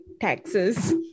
taxes